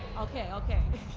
ok. ok.